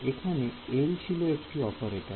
এখানে L ছিল একটি অপারেটর